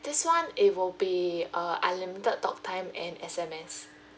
this [one] it will be a unlimited talk time and S_M_S